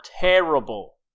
terrible